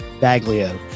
Baglio